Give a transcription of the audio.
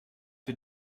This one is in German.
für